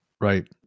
Right